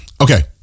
Okay